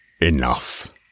Enough